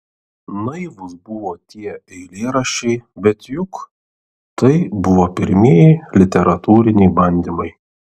naivūs buvo tie eilėraščiai bet juk tai buvo pirmieji literatūriniai bandymai